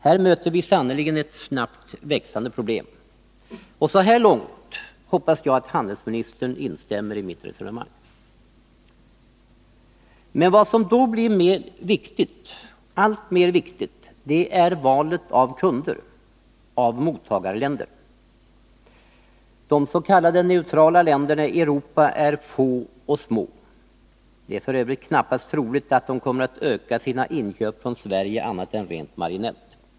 Här möter vi sannerligen ett snabbt växande problem. Så här långt hoppas jag att handelsministern instämmer i mitt resonemang. Men vad som då blir alltmer viktigt är valet av kunder, av mottagarländer. De s.k. neutrala länderna i Europa är få och små, och det är f. ö. knappast troligt att de kommer att öka sina inköp från Sverige annat än rent marginellt.